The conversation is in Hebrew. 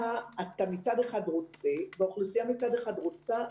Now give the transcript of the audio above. אתה מצד אחד רוצה והאוכלוסייה מצד אחד רוצה,